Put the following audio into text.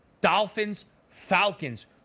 Dolphins-Falcons